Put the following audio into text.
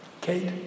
Kate